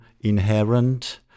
inherent